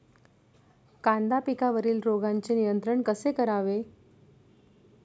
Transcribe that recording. कांदा पिकावरील रोगांचे नियंत्रण कसे करावे?